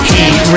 Heat